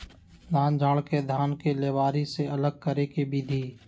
धान झाड़ के धान के लेबारी से अलग करे के विधि